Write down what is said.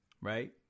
Right